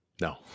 No